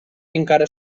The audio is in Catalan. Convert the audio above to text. encara